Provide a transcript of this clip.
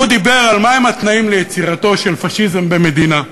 והוא דיבר על מה הם התנאים ליצירתו של פאשיזם במדינה: